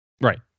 right